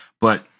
But-